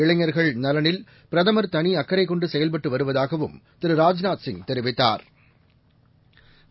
இளைஞர்கள் நலனில் பிரதமர் தளி அக்கறைக் கொண்டு செயல்பட்டு வருவதாகவும் திரு ராஜ்நாத்சிய் தெரிவித்தாா்